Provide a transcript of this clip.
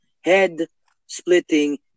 head-splitting